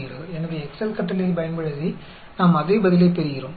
எனவே எக்செல் கட்டளையைப் பயன்படுத்தி நாம் அதே பதிலைப் பெறுகிறோம்